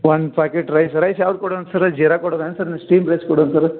ಒಂದು packet rice rice ಯಾವ್ದು ಕೊಡಣ ಸರ ಜೀರಾ ಕೊಡುದೇನು ಸರ ಸ್ಟೀಮ್ ರೈಸ್ ಕೊಡುಣ ಸರ